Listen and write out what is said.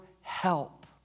help